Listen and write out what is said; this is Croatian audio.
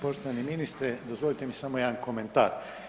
Poštovani ministre, dozvolite mi samo jedan komentar.